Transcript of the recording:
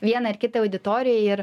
vienai ar kitai auditorijai ir